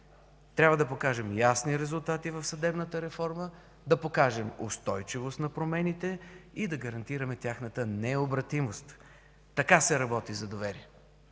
Трябва да покажем ясни резултати в съдебната реформа, да покажем устойчивост на промените и да гарантираме тяхната необратимост – така се работи за доверие.